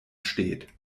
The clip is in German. steht